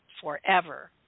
Forever